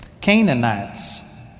Canaanites